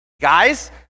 Guys